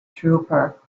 trooper